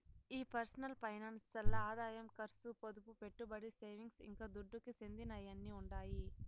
ఈ personal finance ల్ల ఆదాయం కర్సు, పొదుపు, పెట్టుబడి, సేవింగ్స్, ఇంకా దుడ్డుకు చెందినయ్యన్నీ ఉండాయి